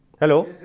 hello.